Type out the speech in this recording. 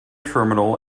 terminal